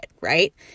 right